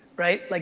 right? like